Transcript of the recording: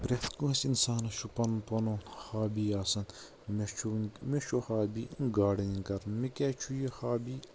پرٛٮ۪تھ کٲنٛسہِ انسانس چھُ پنُن پنُن ہابی آسان مےٚ چھُ مےٚ چھُ ہابی گاڈننٛگ کرٕنۍ مےٚ کیٛاز چھُ یہِ ہابی